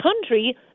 country